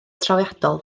trawiadol